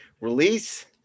release